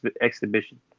exhibition